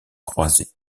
croisées